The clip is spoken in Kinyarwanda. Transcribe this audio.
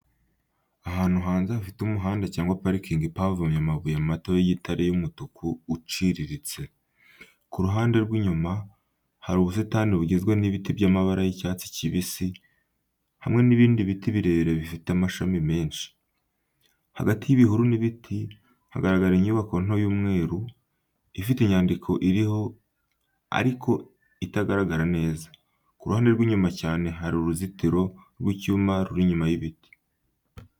Ahantu hanze hafite umuhanda cyangwa parking ipavomye amabuye mato y’igitare y’umutuku uciriritse. Ku ruhande rw’inyuma, hari ubusitani bugizwe n'ibiti by'amabara y’icyatsi kibisi, hamwe n’ibindi biti birebire bifite amashami menshi. Hagati y’ibihuru n’ibiti, hagaragara inyubako nto y’umweru, ifite inyandiko iriho ariko itagaragara neza. Ku ruhande rw’inyuma cyane, hari uruzitiro rw’icyuma ruri inyuma y’ibiti.